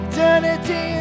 Eternity